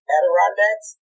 Adirondacks